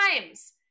times